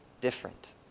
different